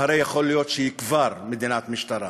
והרי יכול להיות שהיא כבר מדינת משטרה.